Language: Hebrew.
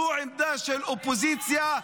זו עמדה של אופוזיציה.